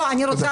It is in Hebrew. לא, אני רוצה